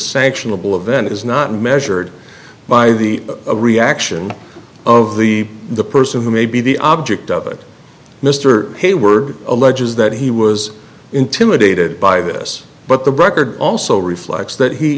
sanctionable of vent is not measured by the reaction of the the person who may be the object of it mr hayward alleges that he was intimidated by this but the record also reflects that he